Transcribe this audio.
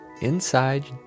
inside